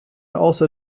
also